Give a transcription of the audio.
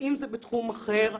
ואם זה בתחום אחר,